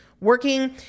working